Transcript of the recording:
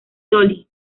dolly